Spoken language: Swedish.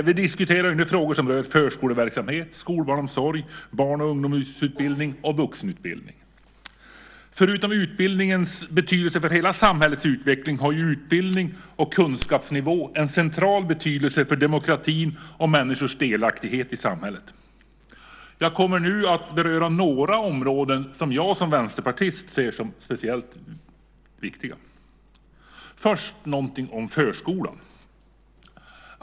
Vi diskuterar nu frågor som rör förskoleverksamhet, skolbarnomsorg, barn och ungdomsutbildning och vuxenutbildning. Förutom utbildningens betydelse för hela samhällets utveckling har utbildning och kunskapsnivå en central betydelse för demokratin och människors delaktighet i samhället. Jag kommer nu att beröra några områden som jag som vänsterpartist ser som speciellt viktiga. Först ska jag säga någonting om förskolan.